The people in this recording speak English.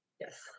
Yes